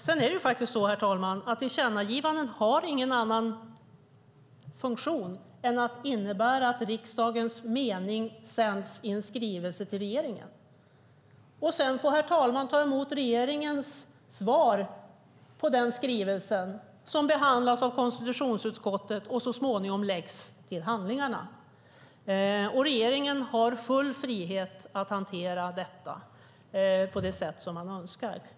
Sedan är det faktiskt så, herr talman, att tillkännagivanden inte har någon annan funktion än att innebära att riksdagens mening sänds i en skrivelse till regeringen. Sedan får herr talmannen ta emot regeringens svar på den skrivelsen, som behandlas av konstitutionsutskottet och så småningom läggs till handlingarna. Regeringen har full frihet att hantera detta på det sätt som man önskar.